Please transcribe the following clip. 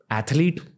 athlete